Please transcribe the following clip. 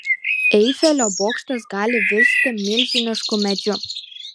eifelio bokštas gali virsti milžinišku medžiu